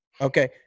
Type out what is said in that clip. Okay